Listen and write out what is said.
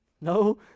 no